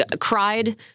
cried